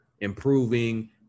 improving